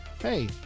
Hey